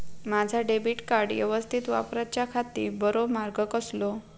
माजा debit card यवस्तीत वापराच्याखाती बरो मार्ग कसलो?